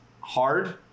hard